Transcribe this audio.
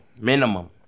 Minimum